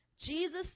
Jesus